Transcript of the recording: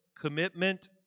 commitment